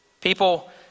People